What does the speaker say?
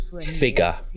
figure